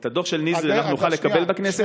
את הדוח של נזרי אנחנו נוכל לקבל בכנסת?